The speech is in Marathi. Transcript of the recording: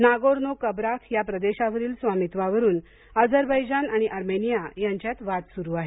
नागोनों कबराख या प्रदेशावरील स्वामित्वावरून अझरबैजान आणि अर्मेनिया यांच्यात वाद सुरू आहे